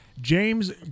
James